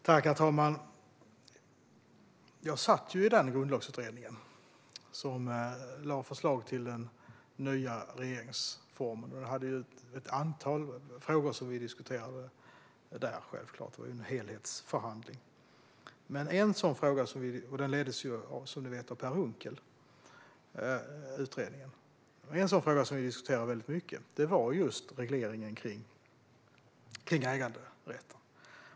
Herr talman! Jag satt med i Grundlagsutredningen, som lade fram förslaget till den nya regeringsformen. Det var ett antal frågor vi diskuterade där. Det var en helhetsförhandling. Utredningen leddes ju, som ni vet, av Per Unckel. En fråga som vi diskuterade mycket var just regleringen av äganderätten.